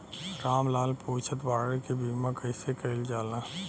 राम लाल पुछत बाड़े की बीमा कैसे कईल जाला?